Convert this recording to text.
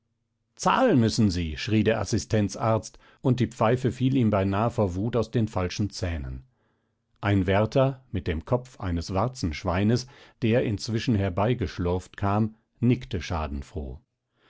zahlen müssen sie schrie der assistenzarzt und die pfeife fiel ihm beinah vor wut aus den falschen zähnen ein wärter mit dem kopf eines warzenschweines der inzwischen herbeigeschlurft kam nickte schadenfroh